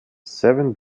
seven